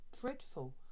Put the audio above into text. dreadful